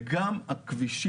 וגם תשתית הכבישים,